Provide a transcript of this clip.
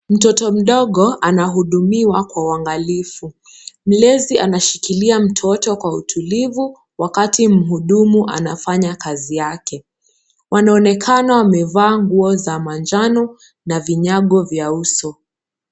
Mtoto mdogo anahudumiwa kwa uangalifu, mlezi anashikilia mtoto kwa utulivu wakati mhudumu anafanya kazi yake , wanaonekana wamevaa nguo za manjano na vinyago vya uso.